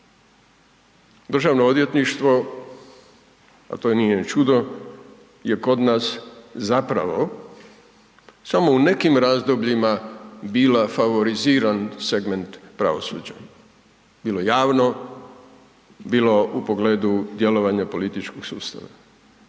napredovanja. DORH, a to nije ni čudo, je kod nas zapravo, samo u nekim razdobljima bila favoriziran segment pravosuđa, bilo javno, bilo u pogledu djelovanja političkog sustava,